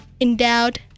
Endowed